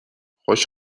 خوش